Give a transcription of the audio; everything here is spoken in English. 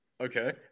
Okay